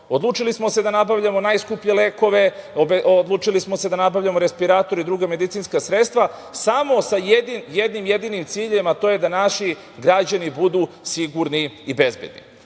Evrope. Odlučili smo se da nabavljamo najskuplje lekove, odlučili smo se da nabavljamo respiratore i druga medicinska sredstva, samo sa jednim jedinim ciljem, a to je da naši građani budu sigurni i bezbedni. Ali,